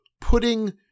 putting